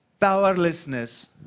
powerlessness